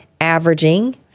averaging